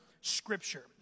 scripture